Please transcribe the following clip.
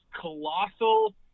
colossal